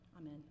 Amen